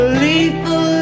lethal